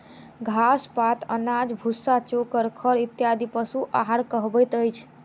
घास, पात, अनाज, भुस्सा, चोकर, खड़ इत्यादि पशु आहार कहबैत अछि